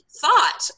thought